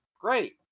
Great